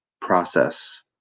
process